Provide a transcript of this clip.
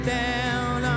down